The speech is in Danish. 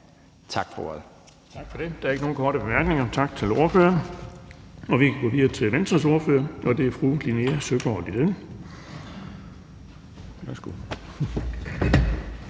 tak for det. Der er ikke nogen korte bemærkninger. Vi siger tak til ordføreren, og vi kan gå videre til Venstres ordfører, og det er fru Louise Elholm. Kl.